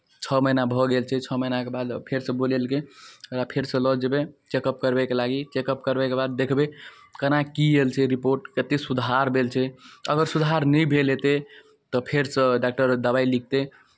छओ महीना भऽ गेल छै छओ महीनाके बाद फेरसँ बोलैलकै ओकरा फेरसँ लऽ जेबै चेकअप करबैके लागी चेकअप करबैके बाद देखबै केना की आयल छै रिपोर्ट कतेक सुधार भेल छै अगर सुधार नहि भेल हेतै तऽ फेरसँ डॉक्टर दबाइ लिखतै